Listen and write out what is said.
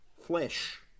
flesh